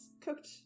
cooked